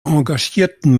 engagierten